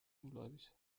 ungläubig